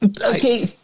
Okay